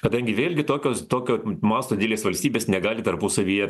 kadangi vėlgi tokios tokio masto didelės valstybės negali tarpusavyje